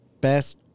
best